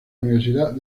universidad